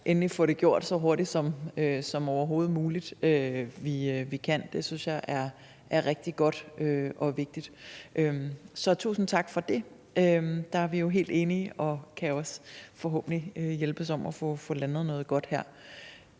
endelig få det gjort så hurtigt som overhovedet muligt. Det synes jeg er rigtig godt og vigtigt, så tusind tak for det, for der er vi jo helt enige og kan forhåbentlig også hjælpes ad med at få landet noget godt her.